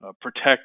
protect